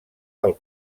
del